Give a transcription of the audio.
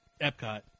Epcot